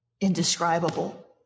indescribable